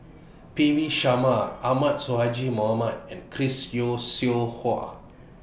P V Sharma Ahmad Sonhadji Mohamad and Chris Yeo Siew Hua